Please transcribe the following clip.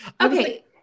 Okay